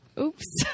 Oops